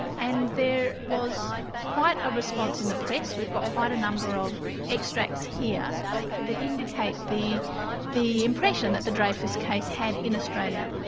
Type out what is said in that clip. and there was quite a response in the press. we've got quite a number of extracts here that indicate the the impression that the dreyfus case had in australia.